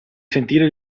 sentire